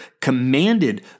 commanded